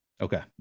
okay